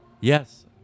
Yes